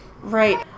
Right